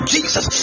Jesus